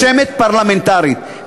רשמת פרלמנטרית.